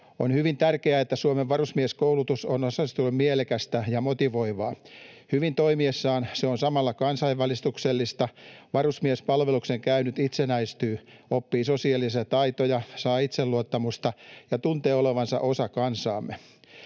On hyvin tärkeää, että Suomen varusmieskoulutus on osallistujille mielekästä ja motivoivaa. Hyvin toimiessaan se on samalla kansanvalistuksellista. Varusmiespalveluksen käynyt itsenäistyy, oppii sosiaalisia taitoja, saa itseluottamusta ja tuntee olevansa osa kansaamme.